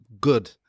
good